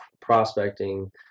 prospecting